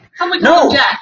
No